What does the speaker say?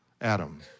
Adam